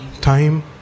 time